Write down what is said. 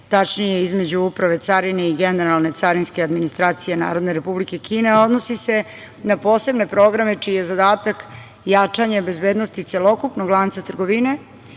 tačnije između Uprave carine i Generalne carinske administracije Narodne Republike Kine, a odnosi se na posebne programe čiji je zadatak jačanje bezbednosti celokupnog lanca trgovine